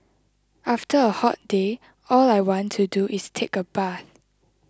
after a hot day all I want to do is take a bath